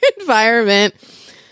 environment